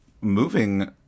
moving